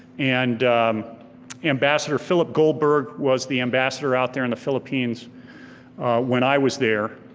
and ambassador philip goldberg was the ambassador out there in the philippines when i was there.